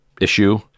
issue